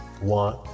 One